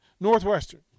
Northwestern